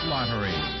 Lottery